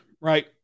right